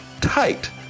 tight